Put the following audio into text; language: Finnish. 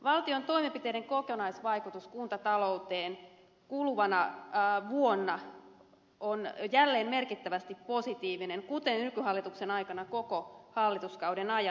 valtion toimenpiteiden kokonaisvaikutus kuntatalouteen kuluvana vuonna on jälleen merkittävästi positiivinen kuten nykyhallituksen aikana koko hallituskauden ajan